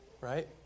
Right